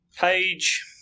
page